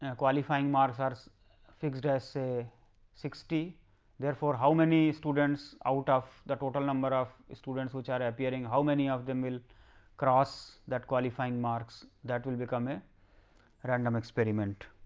and qualifying marks are fixed as a sixty therefore, how many students out of the total number of students which are appearing, how many of them will cross that qualifying marks that will become a random experiment.